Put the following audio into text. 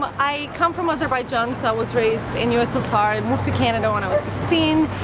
i come from azerbaijan, so i was raised in ussr, and moved to canada when i was sixteen,